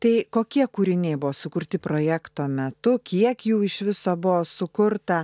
tai kokie kūriniai buvo sukurti projekto metu kiek jų iš viso buvo sukurta